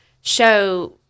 show